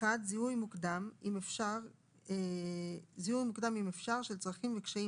(1)זיהוי מוקדם אם אפשר של צרכים וקשיים